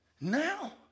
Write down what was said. now